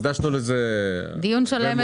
הקדשנו לזה דיון שלם